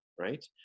right